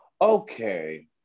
Okay